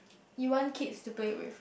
you want kids to play with